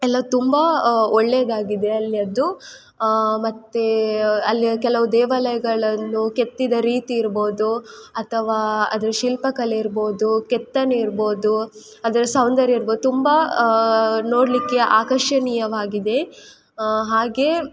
ಎಲ್ಲ ತುಂಬ ಒಳ್ಳೆದಾಗಿದೆ ಅಲ್ಲಿಯದ್ದು ಮತ್ತೇ ಅಲ್ಲಿಯ ಕೆಲವು ದೇವಾಲಯಗಳನ್ನು ಕೆತ್ತಿದ ರೀತಿ ಇರ್ಬೋದು ಅಥವಾ ಅದ್ರ ಶಿಲ್ಪಕಲೆ ಇರ್ಬೋದು ಕೆತ್ತನೆ ಇರ್ಬೋದು ಅದರ ಸೌಂದರ್ಯ ಇರ್ಬೋದು ತುಂಬ ನೋಡಲಿಕ್ಕೆ ಆಕರ್ಷಣೀಯವಾಗಿದೆ ಹಾಗೆ